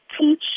teach